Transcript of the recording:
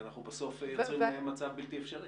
יכול להיות שבשבוע וחצי הקרובים תהיה